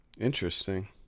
Interesting